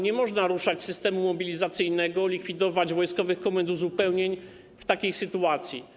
Nie można ruszać systemu mobilizacyjnego, likwidować wojskowych komend uzupełnień w takiej sytuacji.